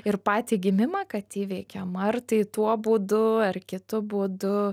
ir patį gimimą kad įveikiam ar tai tuo būdu ar kitu būdu